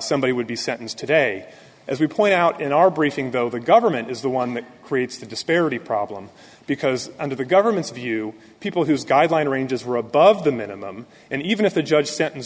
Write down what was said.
somebody would be sentenced today as we point out in our briefing though the government is the one that creates the disparity problem because under the government's view people whose guideline ranges were above the minimum and even if the judge sentence